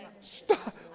Stop